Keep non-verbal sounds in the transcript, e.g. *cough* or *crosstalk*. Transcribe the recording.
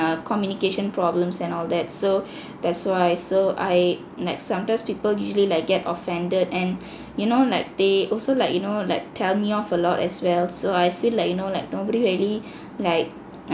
err communication problems and all that so *breath* that's why so I like sometimes people usually like get offended and you know like they also like you know like tell me off a lot as well so I feel like you know like nobody really like